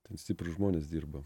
ten stiprūs žmonės dirba